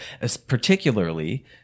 Particularly